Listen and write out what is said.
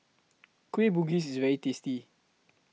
Kueh Bugis IS very tasty